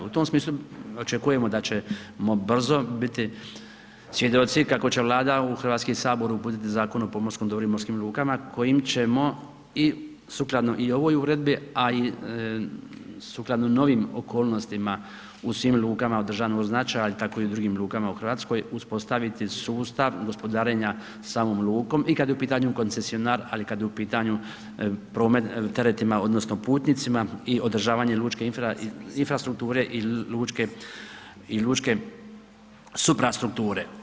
U tom smislu očekujemo da ćemo brzo biti svjedoci kako će Vlada u HS uputiti Zakon o pomorskom dobru i morskim lukama kojim ćemo i sukladno i ovoj uredbi, a i sukladno novim okolnostima u svim lukama od državnog značaja, tako i u drugim lukama u RH uspostaviti sustav gospodarenja samom lukom, i kad je u pitanju koncesionar, ali i kad je u pitanju promet teretima odnosno putnicima i održavanje lučke infrastrukture i lučke suprastrukture.